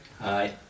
Hi